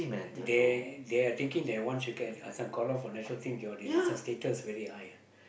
they they are thinking that once you get uh this one get called out for national team your this one status very high ah